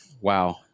Wow